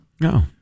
No